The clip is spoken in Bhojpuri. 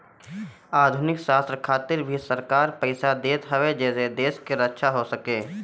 आधुनिक शस्त्र खातिर भी सरकार पईसा देत हवे जेसे देश के रक्षा हो सके